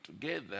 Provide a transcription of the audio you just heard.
together